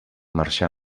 marxà